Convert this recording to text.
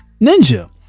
ninja